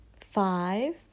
Five